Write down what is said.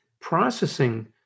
Processing